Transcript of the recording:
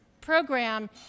program